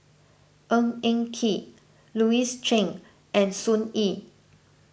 Ng Eng Kee Louis Chen and Sun Yee